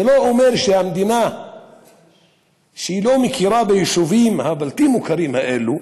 זה שהמדינה לא מכירה ביישובים הבלתי-מוכרים האלה,